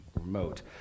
remote